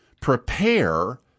prepare